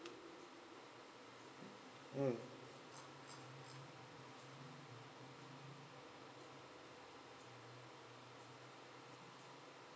mm